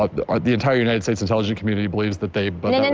ah the ah the entire united states intelligence community believes that they but and and